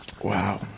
Wow